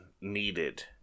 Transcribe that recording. needed